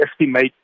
estimate